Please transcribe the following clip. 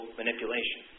manipulation